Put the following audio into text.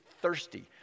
thirsty